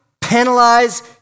penalize